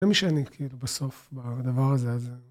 זה מי שאני כאילו בסוף מהדבר הזה